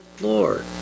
Lord